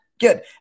Good